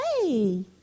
hey